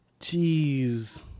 Jeez